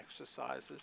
exercises